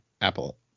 Apple